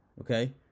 okay